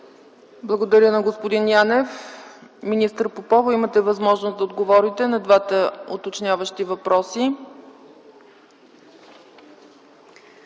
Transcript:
Благодаря на господин Янев. Министър Попова, имате възможност да отговорите на двата уточняващи въпроса.